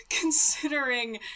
considering